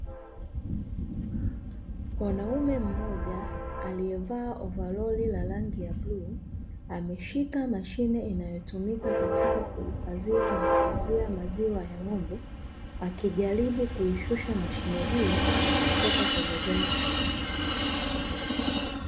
Mwanaume mmoja aliyevaa ovalori la rangi ya bluu ameshika mashine inayotumika katika kuhifadhia na kuuzia maziwa ya ng'ombe akijaribu kuishusha mashine hiyo kutoka kwenye gari .